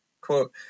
Quote